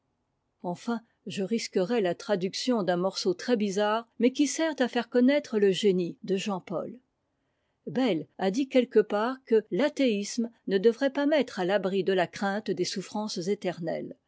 enfin je risquerai la traduction d'un morceau très bizarre mais qui sert à faire connaître le génie de jean paul bayle a dit quelque part que l'athéisme ne devrait pas mettre à l'abri de la crainte des mm frances éternelles